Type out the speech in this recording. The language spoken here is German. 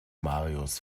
marius